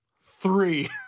Three